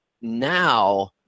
now